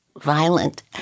violent